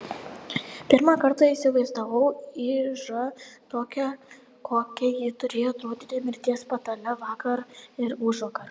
pirmą kartą įsivaizdavau ižą tokią kokia ji turėjo atrodyti mirties patale vakar ir užvakar